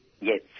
Yes